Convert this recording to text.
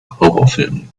horrorfilmen